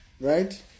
right